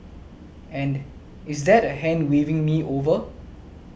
and is that a hand waving me over